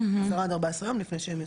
10 עד 14 יום לפני שהם יוצאים.